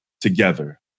together